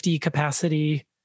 capacity